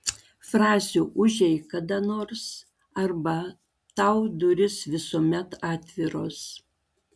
frazių užeik kada nors arba tau durys visuomet atviros